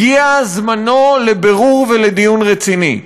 הגיע זמנו לבירור ולדיון רציני.